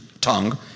tongue